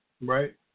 Right